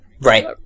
Right